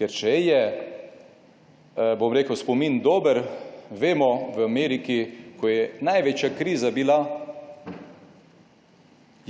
Ker če je spomin dober, vemo v Ameriki, ko je največja kriza bila,